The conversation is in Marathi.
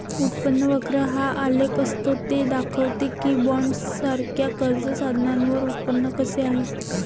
उत्पन्न वक्र हा आलेख असतो ते दाखवते की बॉण्ड्ससारख्या कर्ज साधनांवर उत्पन्न कसे आहे